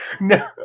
No